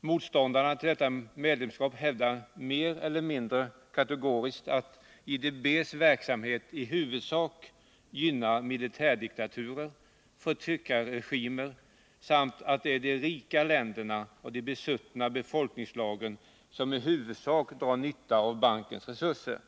Motståndarna till detta medlemskap hävdar mer eller mindre kategoriskt att IDB:s verksamhet i huvudsak gynnar militärdiktaturer och förtryckarregimer samt att det är de rikare länderna och de besuttna befolkningslagren som väsentligen drar nytta av bankens resurser.